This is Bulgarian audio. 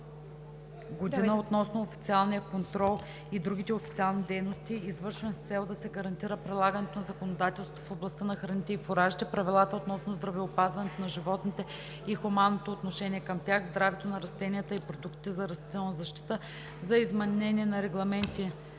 г. относно официалния контрол и другите официални дейности, извършвани с цел да се гарантира прилагането на законодателството в областта на храните и фуражите, правилата относно здравеопазването на животните и хуманното отношение към тях, здравето на растенията и продуктите за растителна защита, за изменение на регламенти